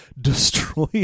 destroy